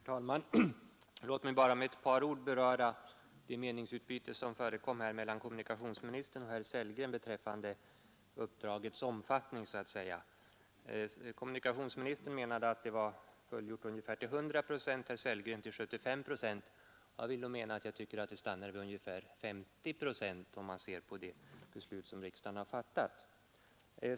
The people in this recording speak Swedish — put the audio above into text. Herr talman! Låt mig bara med ett par ord beröra det meningsutbyte som förekom mellan kommunikationsministern och herr Sellgren beträffande omfattningen av det uppdrag SJ fått. Kommunikationsministern menade att riksdagens begäran därigenom var fullgjord ungefär till 100 procent, herr Sellgren att det var till cirka 75 procent. Jag vill då mena att det nog stannar vid ungefär 50 procent, om man ser på det beslut som riksdagen har fattat.